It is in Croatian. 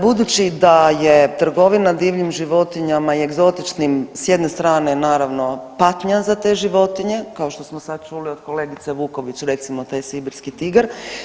Budući da je trgovina divljim životinjama i egzotičnim s jedne strane naravno patnja za te životinje, kao što smo sad čuli od kolegice Vuković recimo taj sibirski tigar.